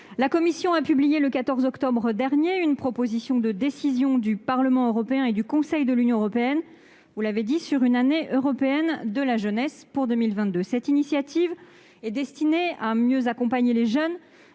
La Commission a publié le 14 octobre dernier une proposition de décision du Parlement européen et du Conseil de l'Union européenne sur une Année européenne de la jeunesse pour 2022. Cette initiative est destinée à mieux accompagner les jeunes